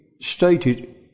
stated